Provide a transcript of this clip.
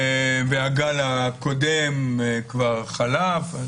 והגל הקודם כבר חלף.